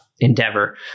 Endeavor